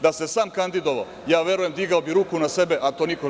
Da se sam kandidovao, ja verujem digao bih ruku na sebe, a to niko želeo ne bih.